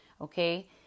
Okay